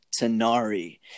Tanari